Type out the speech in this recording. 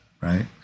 right